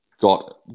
got